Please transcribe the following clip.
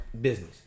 business